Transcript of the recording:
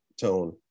tone